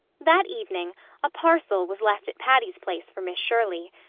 that evening a parcel was left at patty's place for miss shirley.